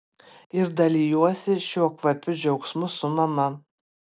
ir dalijuosi šiuo kvapiu džiaugsmu su mama